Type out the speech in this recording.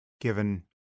given